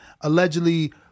allegedly